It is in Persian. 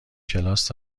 کلاس